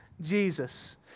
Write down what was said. Jesus